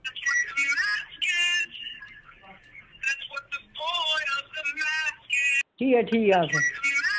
ठीक ऐ ठीक ऐ अस